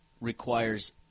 requires